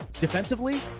defensively